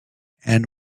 and